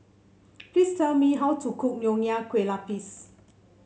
please tell me how to cook Nonya Kueh Lapis